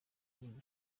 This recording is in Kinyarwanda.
gihugu